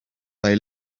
they